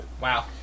wow